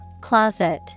Closet